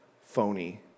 phony